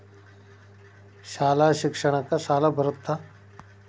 ಶಾಲಾ ಶಿಕ್ಷಣಕ್ಕ ಸಾಲ ಬರುತ್ತಾ?